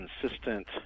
consistent